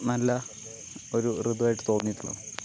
നല്ല ഒരു ഋതുവായിട്ട് തോന്നിയിട്ടുള്ളത്